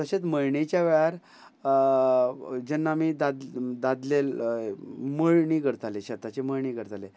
तशेंच मळणीच्या वेळार जेन्ना आमी दाद दादले मळणी करताली शेताची मळणी करताले